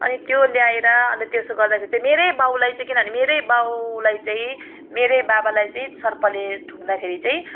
अनि त्यो ल्याएर अन्त त्यसो गर्दाखेरि चाहिँ मेरै बाउलाई चाहिँ किन भने मेरै बाउलाई चाहिँ मेरै बाबालाई चाहिँ सर्पले ठुङ्दाखेरि चाहिँ